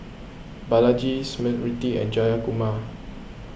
Balaji Smriti and Jayakumar